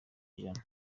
ijana